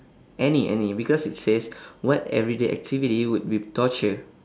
any any because it says what everyday activity would be torture